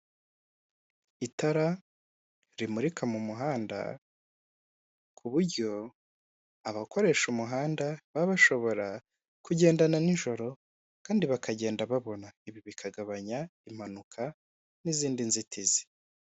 Itara rimurika mu muhanda ku buryo abakoresha umuhanda baba bashobora kugendana nijoro kandi bakagenda babona ibi bikagabanya impanuka n'izindi nzitizi.